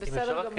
בסדר גמור.